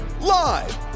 live